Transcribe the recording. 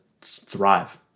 thrive